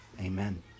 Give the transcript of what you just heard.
Amen